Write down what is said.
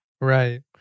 Right